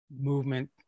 movement